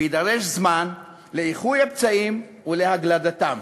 ויידרש זמן לאיחוי הפצעים ולהגלדתם.